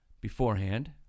Beforehand